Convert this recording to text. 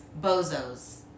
Bozos